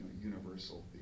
universal